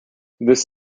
this